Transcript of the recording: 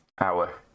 hour